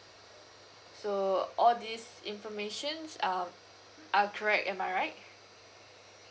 so all these informations um are correct am I right